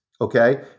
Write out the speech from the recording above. Okay